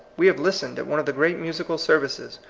we have listened at one of the great mu sical services,